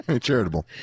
Charitable